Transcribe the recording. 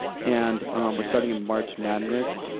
and we're starting a march madness